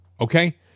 Okay